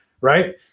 Right